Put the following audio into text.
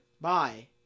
Bye